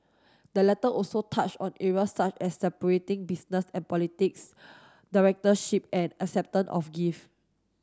the letter also touched on areas such as separating business and politics directorship and acceptance of gift